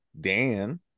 Dan